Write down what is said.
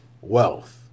wealth